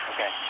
Okay